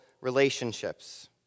relationships